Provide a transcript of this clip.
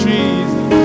Jesus